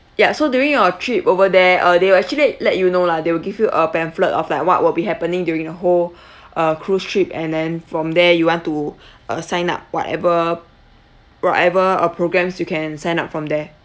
ya so during your trip over there uh they will actually let you know lah they will give you a pamphlet of like what will be happening during the whole uh cruise trip and then from there you want to uh sign up whatever whatever uh programs you can sign up from there